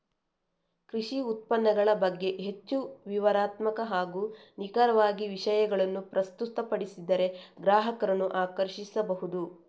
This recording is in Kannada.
ಕೃಷಿ ಉತ್ಪನ್ನಗಳ ಬಗ್ಗೆ ಹೆಚ್ಚು ವಿವರಣಾತ್ಮಕ ಹಾಗೂ ನಿಖರವಾಗಿ ವಿಷಯಗಳನ್ನು ಪ್ರಸ್ತುತಪಡಿಸಿದರೆ ಗ್ರಾಹಕರನ್ನು ಆಕರ್ಷಿಸಬಹುದು